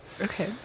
Okay